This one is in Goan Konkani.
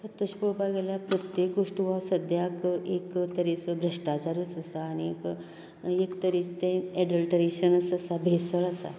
तशें पळोवपाक गेल्यार प्रत्येक गोश्टीक हो सद्द्यांक एक तरेचो भ्रश्टाचारच आसा आनीक एक तरेचे तें एडल्टरेशन आसा भेसळ आसा